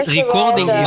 recording